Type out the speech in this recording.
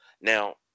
Now